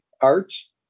Arts